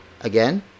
Again